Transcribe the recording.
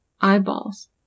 eyeballs